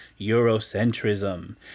Eurocentrism